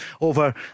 over